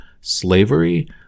slavery